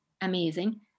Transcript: amazing